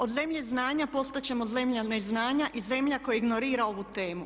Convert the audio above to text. Od zemlje znanja postati ćemo zemlja neznanja i zemlja koja ignorira ovu temu.